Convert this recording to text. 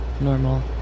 normal